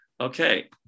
Okay